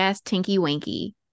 tinky-winky